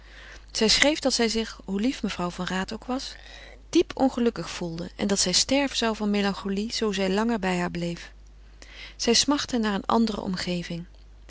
zij schreef dat zij zich hoe lief mevrouw van raat ook was diep ongelukkig voelde en dat zij sterven zou van melancholie zoo zij langer bij haar bleef zij smachtte naar een andere omgeving